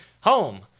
Home